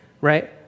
right